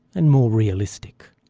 and more realistic.